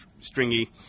stringy